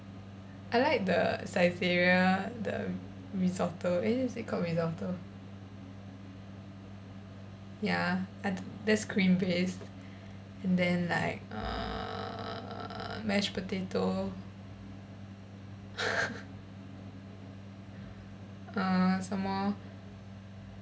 I like the saizeriya the risotto eh is it called risotto ya I that's cream based and then like err mashed potato err some more